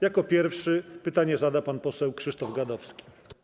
Jako pierwszy pytanie zada pan poseł Krzysztof Gadowski.